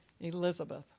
Elizabeth